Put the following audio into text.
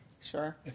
Sure